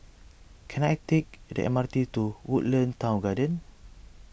can I take the M R T to Woodlands Town Garden